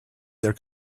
their